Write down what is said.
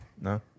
No